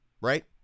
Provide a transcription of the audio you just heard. right